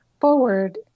forward